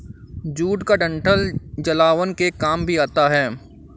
jute का डंठल जलावन के काम भी आता है